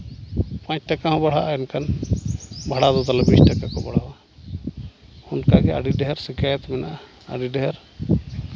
ᱯᱟᱸᱪ ᱴᱟᱠᱟ ᱦᱚᱸ ᱵᱟᱲᱦᱟᱜᱼᱟ ᱮᱱᱠᱷᱟᱱ ᱵᱷᱟᱲᱟ ᱫᱚ ᱛᱟᱞᱮ ᱵᱤᱥ ᱴᱟᱠᱟ ᱠᱚ ᱵᱟᱲᱦᱟᱣᱟ ᱚᱱᱠᱟᱜᱮ ᱟᱹᱰᱤ ᱰᱷᱮᱨ ᱥᱤᱠᱟᱭᱮᱛ ᱢᱮᱱᱟᱜᱼᱟ ᱟᱹᱰᱤ ᱰᱷᱮᱨ